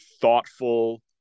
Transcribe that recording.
thoughtful